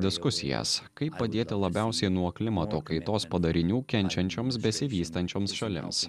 diskusijas kaip padėti labiausiai nuo klimato kaitos padarinių kenčiančioms besivystančioms šalims